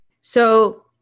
So-